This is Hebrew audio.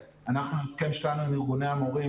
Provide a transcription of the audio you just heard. ההסכם שלנו עם ארגוני המורים,